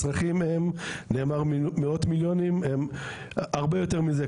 הצרכים הם, נאמר מאות מיליונים, הם הרבה יותר מזה.